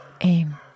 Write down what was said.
aim